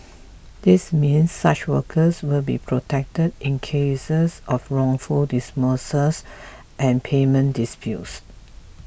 this means such workers will be protected in cases of wrongful dismissals and payment disputes